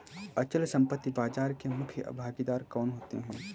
अचल संपत्ति बाजार के मुख्य भागीदार कौन होते हैं?